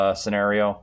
scenario